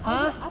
!huh!